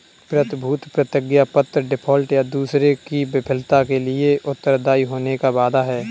प्रतिभूति प्रतिज्ञापत्र डिफ़ॉल्ट, या दूसरे की विफलता के लिए उत्तरदायी होने का वादा है